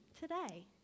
today